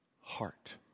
heart